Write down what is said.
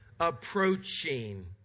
approaching